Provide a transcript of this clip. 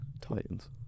Titans